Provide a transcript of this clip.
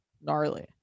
Gnarly